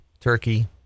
Turkey